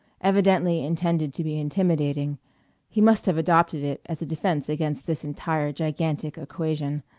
evidently intended to be intimidating he must have adopted it as a defense against this entire gigantic equation.